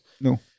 No